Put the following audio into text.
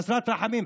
חסרת רחמים,